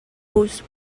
whose